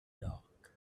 dark